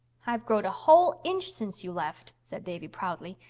i've growed a whole inch since you left, said davy proudly.